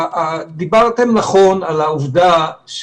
דיברתם נכון על העובדה,